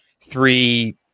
three